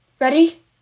Ready